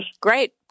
Great